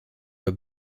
have